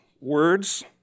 words